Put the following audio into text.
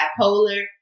bipolar